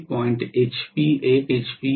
५ HP १ HP e